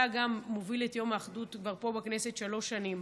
אתה גם מוביל את יום האחדות פה בכנסת שלוש שנים.